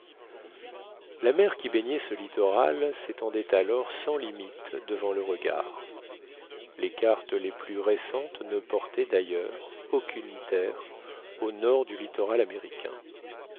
la mer qui baignait ce littoral s'étendait alors sans limites devant le regard les cartes les plus récentes ne portaient d'ailleurs aucune terre au nord du littoral américain